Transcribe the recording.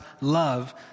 love